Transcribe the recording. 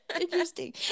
interesting